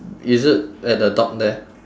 is it at the dog there